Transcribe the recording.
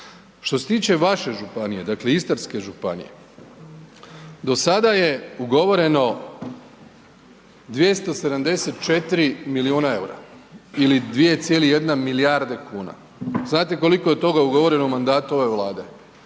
Što se tiče vaše županije, dakle Istarske županije, do sada je ugovoreno 274 milijuna eura ili 2,1 milijarde kuna. Znate li koliko je toga ugovoreno u mandatu ove Vlade?